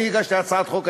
אני הגשתי הצעת חוק,